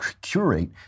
curate